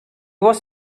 was